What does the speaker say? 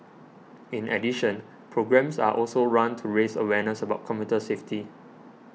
in addition programmes are also run to raise awareness about commuter safety